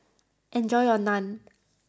enjoy your Naan